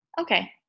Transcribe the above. Okay